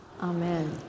amen